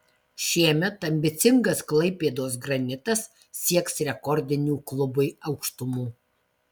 šiemet ambicingas klaipėdos granitas sieks rekordinių klubui aukštumų